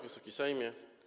Wysoki Sejmie!